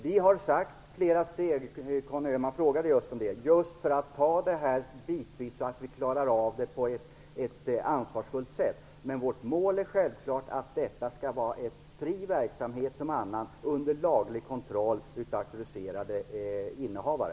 Vi har sagt att det skall tas flera steg, just för att ta det bitvis, så att vi klarar det på ett ansvarsfullt sätt, men vårt mål är självfallet att detta, som annat, skall vara en fri verksamhet under laglig kontroll, av auktoriserade innehavare.